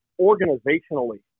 organizationally